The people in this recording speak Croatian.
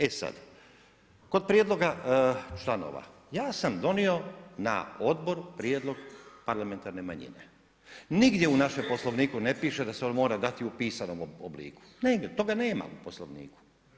E sad, kod prijedlog članova, ja sam donio na odbor prijedlog parlamentarne manjine, nigdje u našem poslovniku ne piše da se on mora dati u pisanom obliku, toga nema u Poslovniku.